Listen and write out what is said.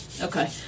okay